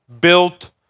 built